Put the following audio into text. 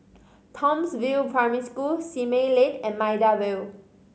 Townsville Primary School Simei Lane and Maida Vale